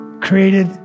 created